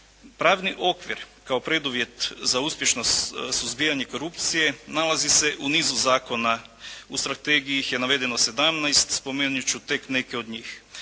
Pravni okvir kao preduvjet za uspješnost suzbijanja korupcije nalazi se u nizu zakona, u strategiji ih je navedeno 17, spomenut ću tek neke od njih.